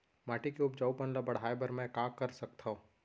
माटी के उपजाऊपन ल बढ़ाय बर मैं का कर सकथव?